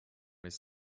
his